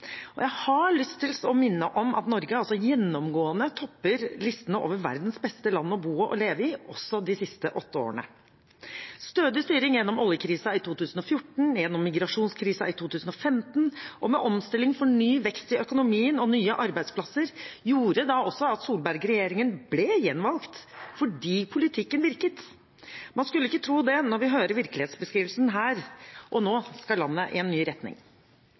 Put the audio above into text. Jeg har lyst til å minne om at Norge gjennomgående topper listene over verdens beste land å bo og leve i, også de siste åtte årene. Stødig styring gjennom oljekrisen i 2014 og migrasjonskrisen i 2015 – med omstilling for ny vekst i økonomien og nye arbeidsplasser – gjorde da også at Solberg-regjeringen ble gjenvalgt, fordi politikken virket. Man skulle ikke tro det når vi hører virkelighetsbeskrivelsene her, og nå skal landet i en ny retning.